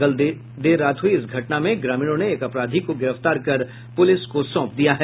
कल देर रात हुई इस घटना में ग्रामीणों ने एक अपराधी को गिरफ्तार कर पुलिस को सौंप दिया है